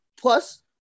plus